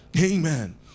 Amen